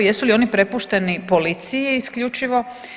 Jesu li on prepušteni policiji isključivo?